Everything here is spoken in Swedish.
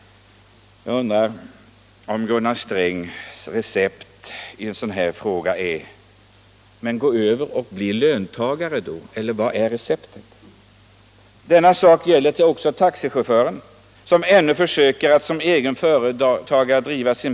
Jag undrar om Gunnar Strängs recept för dessa företagare är att de i stället bör bli löntagare. Eller vilket är hans recept? debatt Allmänpolitisk debatt Vad jag nu har sagt gäller även taxichaufförer som ännu försöker verka som egna företagare.